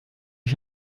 ich